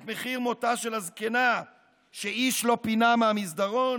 את מחיר מותה של הזקנה שאיש לא פינה מהמסדרון?